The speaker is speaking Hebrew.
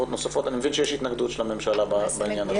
אני מבין שיש התנגדות של הממשלה בעניין הזה.